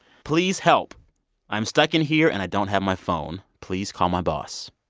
please help i'm stuck in here, and i don't have my phone. please call my boss.